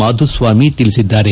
ಮಾಧುಸ್ವಾಮಿ ತಿಳಿಸಿದ್ದಾರೆ